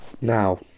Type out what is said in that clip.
now